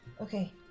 Okay